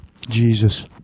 Jesus